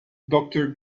doctor